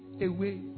away